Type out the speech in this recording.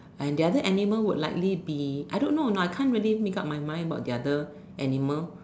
and the other animal would likely be I don't know you know I can't really make-up my mind about the other animal